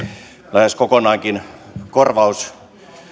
lähes kokonaankin korvaus